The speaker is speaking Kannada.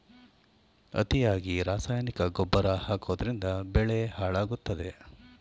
ಅತಿಯಾಗಿ ರಾಸಾಯನಿಕ ಗೊಬ್ಬರ ಹಾಕೋದ್ರಿಂದ ಬೆಳೆ ಹಾಳಾಗುತ್ತದೆ